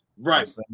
Right